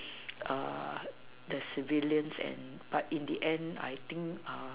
the civilians and but in the end I think